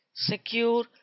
secure